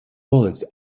bullets